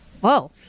Whoa